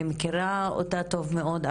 אני מכירה אותה טוב מאוד,